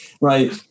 right